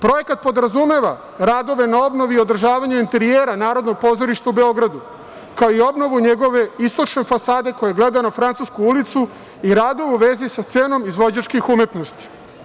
Projekat podrazumeva radove na obnovi i održavanju interijera Narodnog pozorišta u Beogradu, kao i obnovu njegove istočne fasade koja gleda na „Francusku ulicu“ i radove u vezi sa scenom izvođačkih umetnosti.